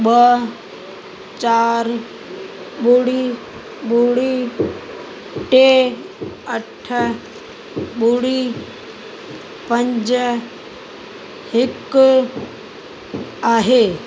ॿ चार ॿुड़ी ॿुड़ी टे अठ ॿुड़ी पंज हिकु आहे